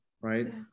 right